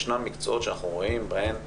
ישנם מקצועות שאנחנו רואים בהם בעיה.